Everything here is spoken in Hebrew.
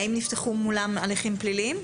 האם נפתחו מולם הליכים פליליים?